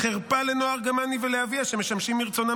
חרפה לנועה ארגמני ולאביה שמשמשים מרצונם